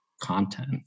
content